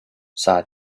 sighed